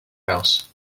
house